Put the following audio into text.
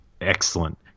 excellent